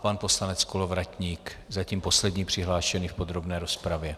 Pan poslanec Kolovratník, zatím poslední přihlášený v podrobné rozpravě.